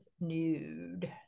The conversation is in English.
Nude